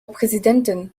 präsidentin